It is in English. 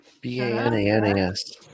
B-A-N-A-N-A-S